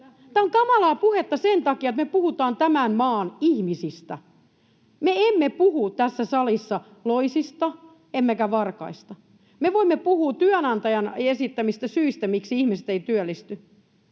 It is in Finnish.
Tämä on kamalaa puhetta sen takia, että me puhutaan tämän maan ihmisistä. Me emme puhu tässä salissa loisista emmekä varkaista. Me voimme puhua työnantajan esittämistä syistä, miksi ihmiset eivät työllisty.